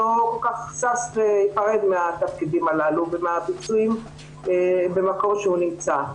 לא כל כך שש להיפרד מהתפקידים הללו ומהביצועים במקום שהוא נמצא.